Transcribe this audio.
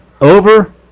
over